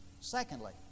Secondly